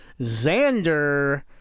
Xander